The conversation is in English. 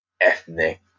ethnic